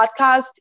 podcast